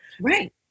right